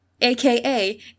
aka